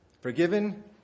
Forgiven